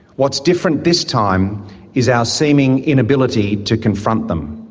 what's different this time is our seeming inability to confront them.